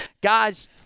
guys